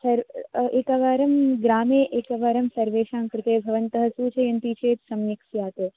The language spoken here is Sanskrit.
सर् एकवारं ग्रामे एकवारं सर्वेषां कृते भवन्तः सूचयन्ति चेत् सम्यक् स्यात्